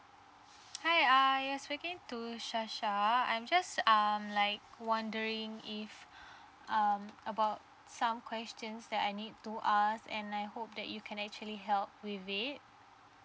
hi uh you are speaking to shasha I'm just um like wondering if um about some questions that I need to ask and I hope that you can actually help with it